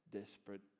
desperate